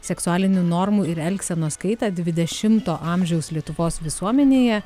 seksualinių normų ir elgsenos kaitą dvidešimto amžiaus lietuvos visuomenėje